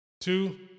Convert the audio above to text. Two